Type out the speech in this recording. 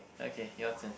okay your turn